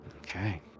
Okay